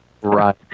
Right